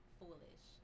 foolish